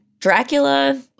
Dracula